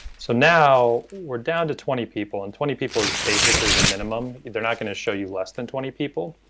so now we're down to twenty people and twenty people is basically the minimum, they're not going to show you less than twenty people,